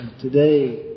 today